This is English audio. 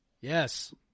Yes